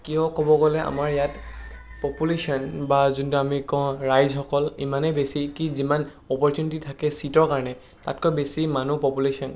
কিয় ক'ব গ'লে আমাৰ ইয়াত পপুলেশ্যন বা যোনটো আমি কওঁ ৰাইজসকল ইমানেই বেছি কি যিমান অপ'ৰ্টনিটি থাকে ছিটৰ কাৰণে তাতকৈ বেছি মানুহ পপুলেশ্যন